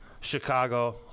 chicago